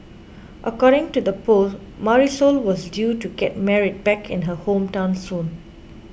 according to the post Marisol was due to get married back in her hometown soon